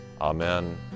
Amen